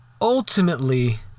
ultimately